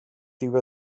dyw